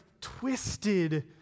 twisted